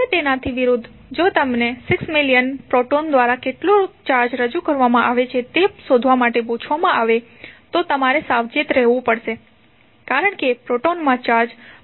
હવે તેનાથી વિરુદ્ધ જો તમને 6 મિલિયન પ્રોટોન દ્વારા કેટલો ચાર્જ રજૂ કરવામાં આવે છે તે શોધવા માટે પૂછવામાં આવે તો તમારે સાવચેત રહેવું પડશે કારણ કે પ્રોટોનમાં ચાર્જ 1